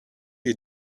you